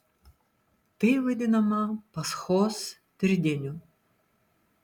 tai vadinama paschos tridieniu